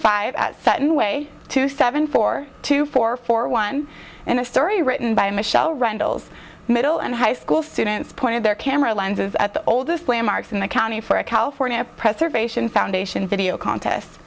five at seven way to seven four two four four one and a story written by michel rentals middle and high school students point of their camera lenses at the oldest landmarks in the county for a california preservation foundation video contest